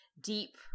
deep